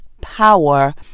power